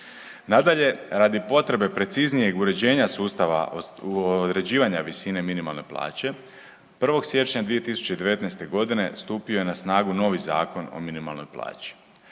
Nadalje, radi potrebe preciznijeg uređenja sustava određivanja visine minimalne plaće 1. siječnja 2019.g. stupio je na snagu novi Zakon o minimalnoj plaći.